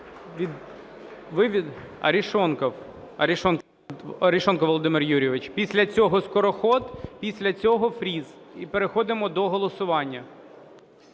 Дякую. Арешонков. Арешонков Володимир Юрійович. Після цього Скороход, після цього Фріс, і переходимо до голосування.